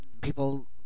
people